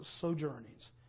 sojournings